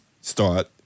start